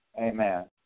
Amen